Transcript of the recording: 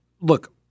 look